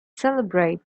celebrate